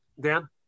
Dan